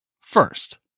First